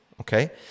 okay